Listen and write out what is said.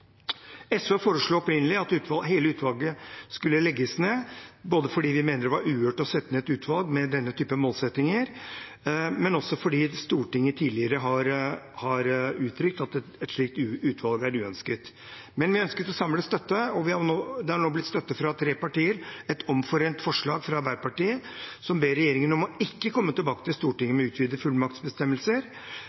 SV foreslo opprinnelig at hele utvalget skulle legges ned, fordi vi mener det var uhørt å sette ned et utvalg med denne typen målsettinger, men også fordi Stortinget tidligere har uttrykt at et slikt utvalg er uønsket. Men vi ønsket å samle støtte, og det er nå blitt støtte fra tre partier for et omforent forslag fra Arbeiderpartiet som ber regjeringen om å ikke komme tilbake til Stortinget med utvidede fullmaktsbestemmelser.